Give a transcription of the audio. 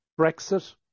Brexit